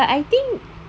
but I think